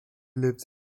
lives